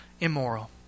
immoral